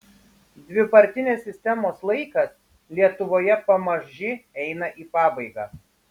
dvipartinės sistemos laikas lietuvoje pamaži eina į pabaigą